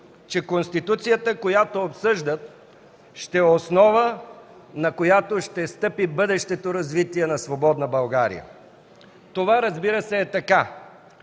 че Конституцията, която обсъждат, ще е основа, на която ще стъпи бъдещото развитие на свободна България. Това, разбира се, е така.